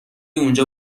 اونجا